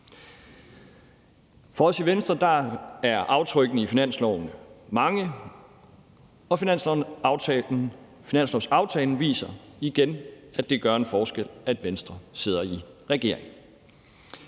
For os i Venstre er aftrykkene i finanslovsforslaget mange, og finanslovsaftalen viser igen, at det gør en forskel, at Venstre sidder i regering.